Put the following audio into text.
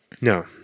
No